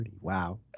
wow